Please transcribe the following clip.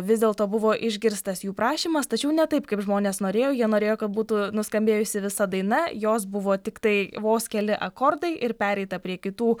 vis dėlto buvo išgirstas jų prašymas tačiau ne taip kaip žmonės norėjo jie norėjo kad būtų nuskambėjusi visa daina jos buvo tiktai vos keli akordai ir pereita prie kitų